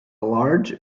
large